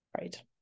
Right